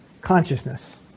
consciousness